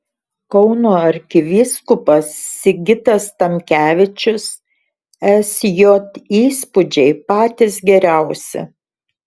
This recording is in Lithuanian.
kauno arkivyskupas sigitas tamkevičius sj įspūdžiai patys geriausi